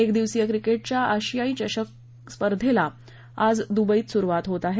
एकदिवसीय क्रिकेट च्या आशिया चषक स्पर्धेला आज दुबईत सुरुवात होत आहे